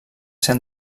ser